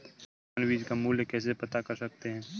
किसान बीज का मूल्य कैसे पता कर सकते हैं?